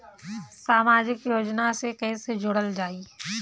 समाजिक योजना से कैसे जुड़ल जाइ?